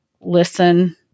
listen